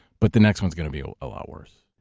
but the next one's gonna be a lot worse.